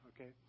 Okay